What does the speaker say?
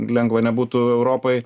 lengva nebūtų europai